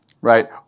right